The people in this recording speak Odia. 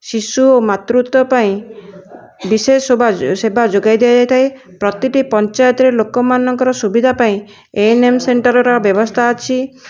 ଶିଶୁ ଓ ମାତୃତ୍ଵ ପାଇଁ ବିଶେଷ ସେବା ସେବା ଯୋଗାଇ ଦିଆଯାଇଥାଏ ପ୍ରତିଟି ପଞ୍ଚାୟତରେ ଲୋକମାନଙ୍କର ସୁବିଧା ପାଇଁ ଏଏନଏମ ସେଣ୍ଟରର ବ୍ୟବସ୍ଥା ଅଛି